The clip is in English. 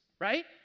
right